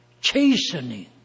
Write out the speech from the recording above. chastening